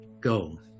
Go